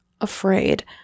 afraid